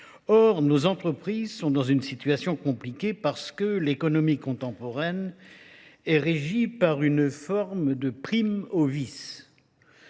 Or, nos entreprises sont dans une situation compliquée parce que l'économie contemporaine est régie par une forme de prime ovis.